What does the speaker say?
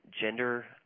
gender